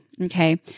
Okay